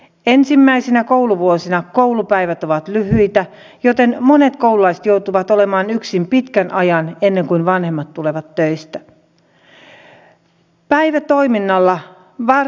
ensimmäisinä kouluvuosina koulupäivät ovat lyhyitä joten monet koululaiset joutuvat olemaan yksin pitkän ajan ennen kuin vanhemmat tulevat töistä